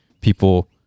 people